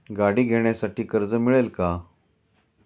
गाडी घेण्यासाठी कर्ज मिळेल का?